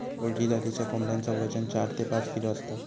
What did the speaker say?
poultry जातीच्या कोंबड्यांचा वजन चार ते पाच किलो असता